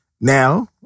now